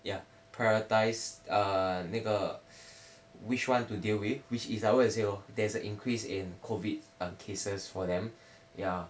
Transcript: ya prioritised err 那个 which one to deal with which is like what you say lor there is an increase in COVID um cases for them ya